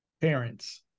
parents